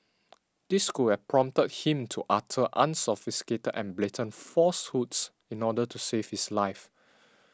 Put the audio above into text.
this could have prompted him to utter unsophisticated and blatant falsehoods in order to save his life